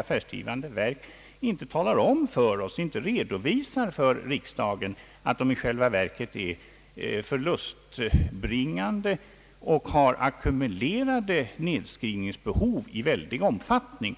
affärsdrivande verk inte redovisar för riksdagen att de i själva verket är förlustbringande och har ackumulerade avskrivningsbehov i väldig omfattning.